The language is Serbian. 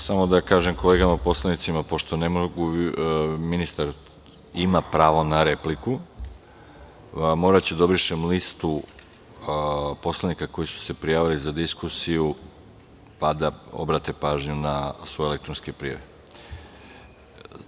Samo da kažem kolegama poslanicima, pošto ministar ima pravo na repliku, moraću da izbrišem listu poslanika koji su se prijavili za diskusiju pa da obrate pažnju na elektronske prijave.